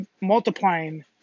multiplying